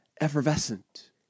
effervescent